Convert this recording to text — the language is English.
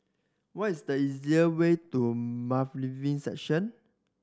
what is the easier way to Bailiff Section